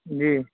جی